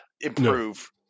improve